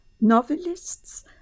novelists